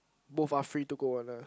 both are free to go one lah